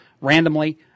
randomly